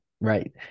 right